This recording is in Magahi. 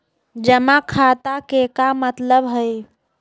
जमा खाता के का मतलब हई?